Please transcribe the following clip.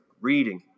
reading